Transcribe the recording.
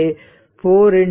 1 0